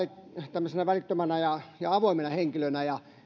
tämmöisenä välittömänä ja ja avoimena henkilönä ja